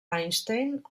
einstein